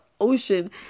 ocean